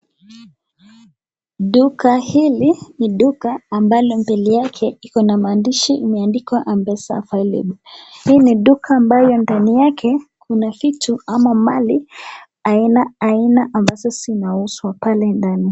Duka hili ni duka ambalo mbele yake kua maandishi mpesa available , hii ni duka ambayo ndani yake kuna vitu ama mali aina aina ambazo zinauzwa pale ndani.